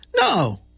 No